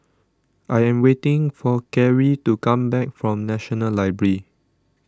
I am waiting for Kerry to come back from National Library